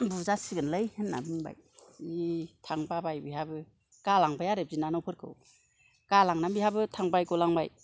बुजासिगोनलै होनना बुंबाय जि थांनो बाबाय बिहाबो गालांबाय आरो बिनानावफोरखौ गालांनानै बिहाबो थांबाय गलांबाय